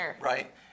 right